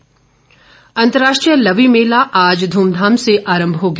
लवी अंतर्राष्ट्रीय लवी मेला आज ध्रमधाम से आरंभ हो गया